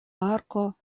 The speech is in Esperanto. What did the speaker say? arko